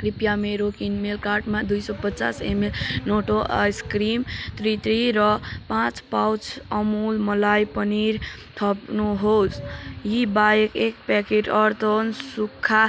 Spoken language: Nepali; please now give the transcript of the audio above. कृपया मेरो किनमेल कार्टमा दुई सौ पचास एमएल नोटो आइसक्रिम तित्री र पाँच पाउच अमुल मलाइ पनिर थप्नुहोस् यी बाहेक एक प्याकेट अर्थन सुक्खा